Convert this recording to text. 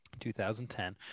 2010